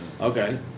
Okay